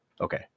Okay